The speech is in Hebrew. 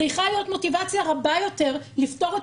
צריכה להיות מוטיבציה רבה יותר לפתור את